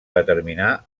determinar